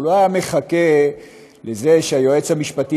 הוא לא היה מחכה לזה שהיועץ המשפטי